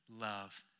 love